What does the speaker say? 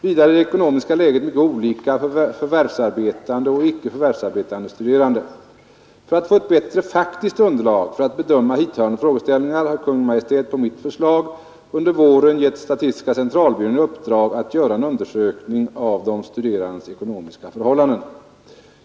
Vidare är det ekonomiska läget mycket olika för förvärvsarbetande och icke förvärvsarbetande studerande. För att få ett bättre faktiskt underlag för att bedöma hithörande frågeställningar har Kungl. Maj:t på mitt förslag under våren gett statistiska centralbyrån i uppdrag att göra en undersökning av de studerandes ekonomiska förhållanden.